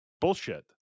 Bullshit